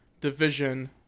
division